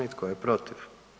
I tko je protiv?